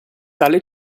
tale